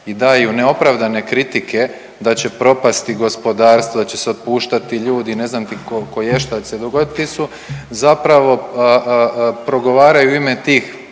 i daju neopravdane kritike da će propasti gospodarstvo, da će se otpuštati ljudi, ne znam ti koješta šta će se dogoditi ti zapravo progovaraju u ime tih